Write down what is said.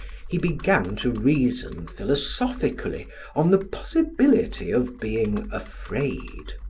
he began to reason philosophically on the possibility of being afraid.